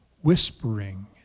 Whispering